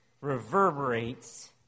reverberates